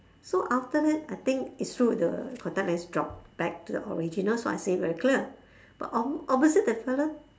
so after that I think it's true the contact lens drop back to the original so I see very clear but ob~ obviously that fella